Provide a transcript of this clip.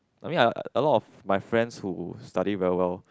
I mean uh a lot of my friends who study very well